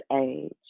age